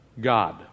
God